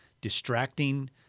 distracting